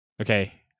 Okay